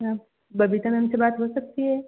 क्या बबीता मैम से बात हो सकती है